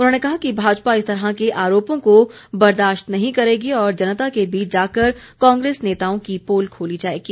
उन्होंने कहा कि भाजपा इस तरह के आरोपों को बरदाश्त नहीं करेगी और जनता के बीच जाकर कांग्रेस नेताओं की पोल खोली जाएगी